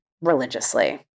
religiously